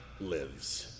lives